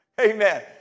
amen